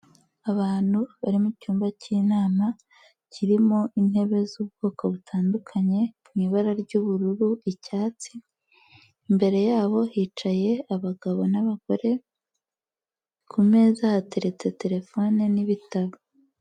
Abantu bari mu cyumba cy'inama, kirimo intebe z'ubwoko butandukanye mu ibara ry'ubururu, icyatsi, imbere yabo hicaye abagabo n'abagore, ku meza hateretse telefone n'ibitabo.